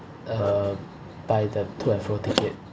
uh buy the to and fro ticket